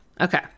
Okay